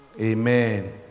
Amen